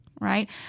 right